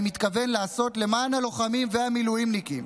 מתכוון לעשות למען הלוחמים והמילואימניקים.